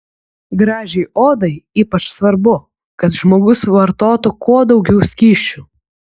gražiai odai ypač svarbu kad žmogus vartotų kuo daugiau skysčių